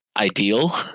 ideal